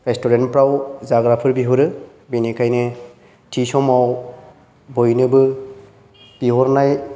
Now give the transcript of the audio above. restaurant फोराव जाग्राफोर बिहरो बेनिखायनो थि समाव बयनोबो बिहरनाय